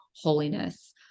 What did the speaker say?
holiness